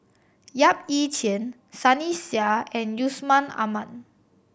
Yap Ee Chian Sunny Sia and Yusman Aman